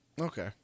Okay